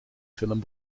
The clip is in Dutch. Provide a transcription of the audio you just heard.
film